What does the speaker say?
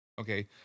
Okay